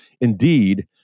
Indeed